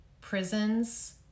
prisons